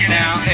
now